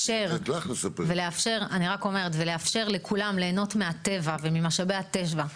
ולאפשר לכולם להנות מהטבע וממשאבי הטבע,